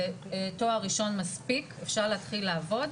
תואר ראשון מספיק אפשר להתחיל לעבוד,